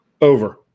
Over